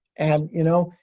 and, you know,